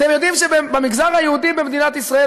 אתם יודעים שבמגזר היהודי במדינת ישראל,